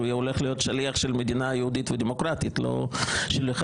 הולך להיות שליח של מדינה יהודית ודמוקרטית ולא של אחד